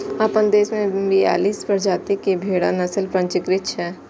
अपना देश मे बियालीस प्रजाति के भेड़क नस्ल पंजीकृत छै